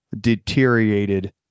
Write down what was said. deteriorated